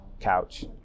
couch